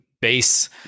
base